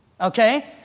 okay